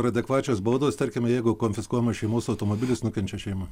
ar adekvačios baudos tarkim jeigu konfiskuojamas šeimos automobilis nukenčia šeimai